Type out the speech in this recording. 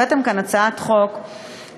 הבאתם כאן הצעת חוק מהציניות,